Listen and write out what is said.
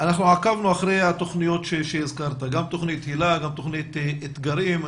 עקבנו אחרי התוכניות שהזכרת גם תוכנית הילה" גם תוכנית אתגרים.